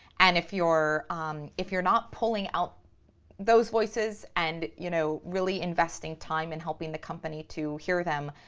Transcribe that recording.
and if you're if you're not pulling out those voices and you know, really investing time in helping the company to hear them,